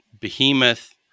behemoth